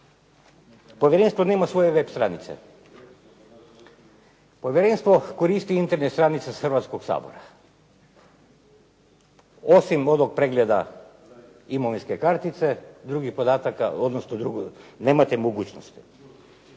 povjerenstvo nema svoje web strance. Povjerenstvo koristi internet stranice s Hrvatskog sabora, osim onog pregleda imovinske kartice drugih podataka, nemate mogućnosti.